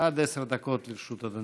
עד עשר דקות לרשות אדוני.